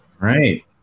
Right